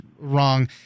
wrong